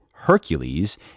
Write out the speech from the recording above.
Hercules